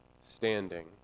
standing